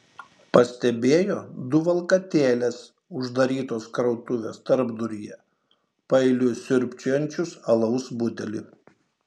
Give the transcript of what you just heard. pastebėjo du valkatėles uždarytos krautuvės tarpduryje paeiliui siurbčiojančius alaus butelį